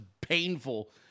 painful